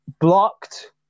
blocked